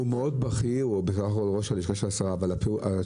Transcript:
אמנם ראש הלשכה של השרה מאוד בכיר, אבל הכנתי